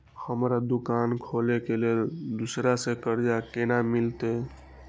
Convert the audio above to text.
हमरा दुकान खोले के लेल दूसरा से कर्जा केना मिलते?